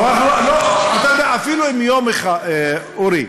לא, אתה יודע, אורי,